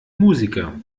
musiker